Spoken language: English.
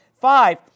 five